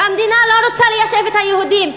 והמדינה לא רוצה ליישב את היהודים,